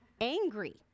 angry